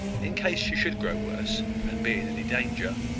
in case she should grow worse, and be in any danger,